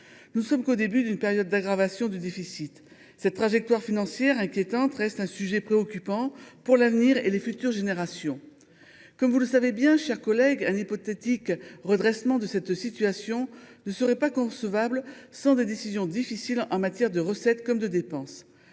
Nous ne sommes qu’au début d’une période d’aggravation du déficit. Cette trajectoire financière inquiétante reste un sujet préoccupant pour l’avenir et les futures générations. Comme vous le savez, mes chers collègues, un hypothétique redressement de cette situation n’est pas concevable sans des choix difficiles en matière de recettes comme de dépenses.